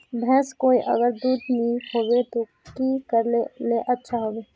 भैंस कोई अगर दूध नि होबे तो की करले ले अच्छा होवे?